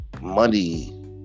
Money